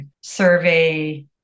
survey